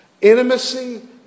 intimacy